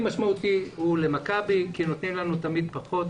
משמעותי הוא למכבי כי תמיד נותנים לנו פחות.